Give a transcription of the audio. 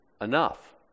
enough